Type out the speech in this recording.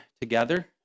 together